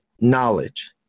knowledge